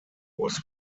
was